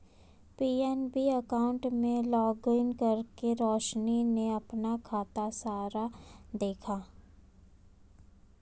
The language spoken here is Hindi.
पी.एन.बी अकाउंट में लॉगिन करके रोशनी ने अपना खाता सारांश देखा